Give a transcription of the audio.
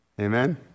Amen